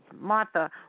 Martha